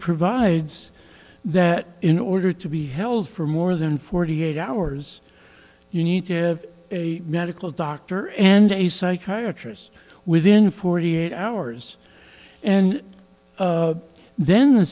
provides that in order to be held for more than forty eight hours you need to have a medical doctor and a psychiatrist within forty eight hours and then the